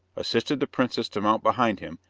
assisted the princess to mount behind him,